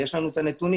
ויש לנו את הנתונים,